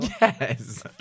Yes